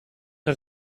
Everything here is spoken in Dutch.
een